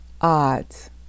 odds